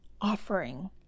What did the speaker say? offering